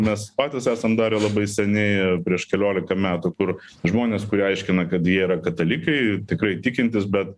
mes patys esam darę labai seniai prieš keliolika metų kur žmonės kurie aiškina kad jie yra katalikai tikrai tikintys be